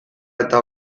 eta